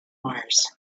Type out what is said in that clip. mars